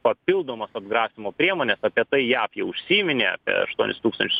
papildomas atgrasymo priemones apie tai jav jau užsiminė apie aštuonis tūkstančius